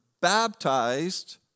baptized